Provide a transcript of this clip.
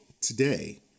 today